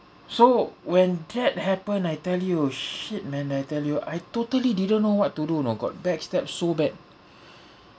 so when that happened I tell you shit man I tell you I totally didn't know what to do you know got backstabbed so bad